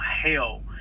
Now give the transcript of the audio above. hell